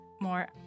more